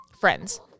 friends